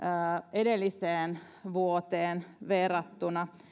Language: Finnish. edelliseen vuoteen verrattuna